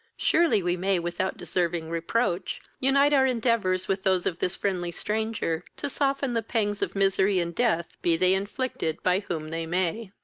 surely we may, without deserving reproach, unite our endeavours with those of this friendly stranger, to soften the pangs of misery and death, be they inflicted by whom they may.